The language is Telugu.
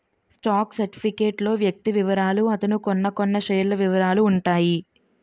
స్టాక్ సర్టిఫికేట్ లో వ్యక్తి వివరాలు అతను కొన్నకొన్న షేర్ల వివరాలు ఉంటాయి